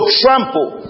trample